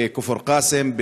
בכפר-קאסם,